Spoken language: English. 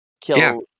kill